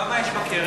כמה יש בקרן?